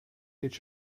each